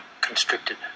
constricted